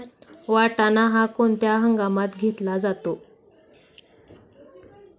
वाटाणा हा कोणत्या हंगामात घेतला जातो?